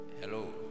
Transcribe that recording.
Hello